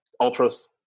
Ultras